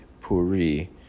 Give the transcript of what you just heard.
puri